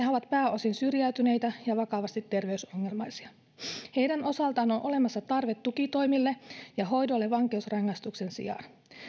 he ovat pääosin syrjäytyneitä ja vakavasti terveysongelmaisia heidän osaltaan on olemassa tarve tukitoimille ja hoidolle vankeusrangaistuksen sijaan